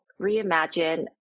reimagine